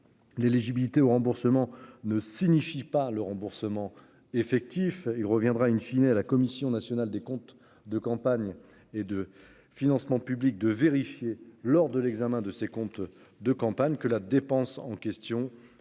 L'éligibilité aux remboursements ne signifie pas le remboursement effectif il reviendra une fine et à la Commission nationale des comptes de campagne et de financements publics de vérifier lors de l'examen de ses comptes de campagne que la dépense en question revêt bien